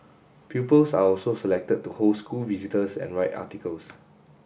pupils are also selected to host school visitors and write articles